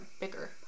bigger